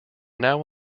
now